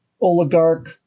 oligarch